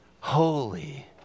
holy